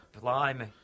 Blimey